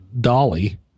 Dolly